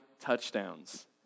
touchdowns